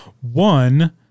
One